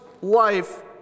life